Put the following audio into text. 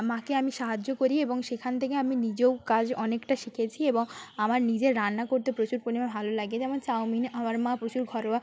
মাকে আমি সাহায্য করি এবং সেখান থেকে আমি নিজেও কাজ অনেকটা শিখেছি এবং আমার নিজের রান্না করতে প্রচুর পরিমাণে ভালো লাগে যেমন চাউমিন আমার মা প্রচুর ঘরোয়া